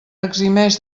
eximeix